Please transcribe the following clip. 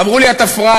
אמרו לי: אתה פראייר,